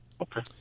Okay